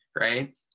right